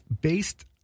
based